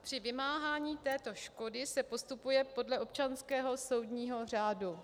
Při vymáhání této škody se postupuje podle občanského soudního řádu.